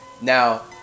Now